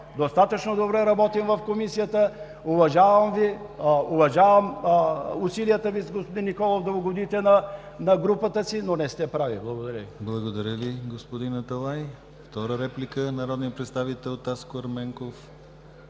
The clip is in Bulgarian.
Достатъчно добре работим в Комисията, уважавам усилията Ви с господин Николов да угодите на групата си, но не сте прави. Благодаря ви.